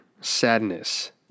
sadness